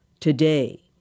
today